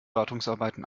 wartungsarbeiten